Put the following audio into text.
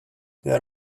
there